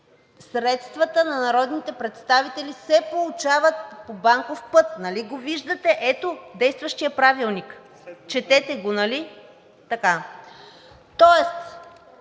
средствата на народните представители се получаваха по банков път. Нали го виждате действащия правилник? Четете го, нали така?!